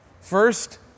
First